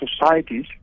societies